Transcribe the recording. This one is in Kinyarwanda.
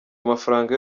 amafaranga